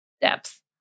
depth